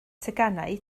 teganau